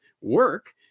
work